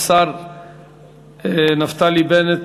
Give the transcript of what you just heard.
השר נפתלי בנט,